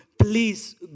please